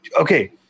okay